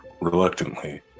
reluctantly